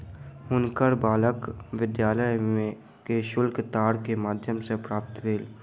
हुनकर बालकक विद्यालय के शुल्क तार के माध्यम सॅ प्राप्त भेल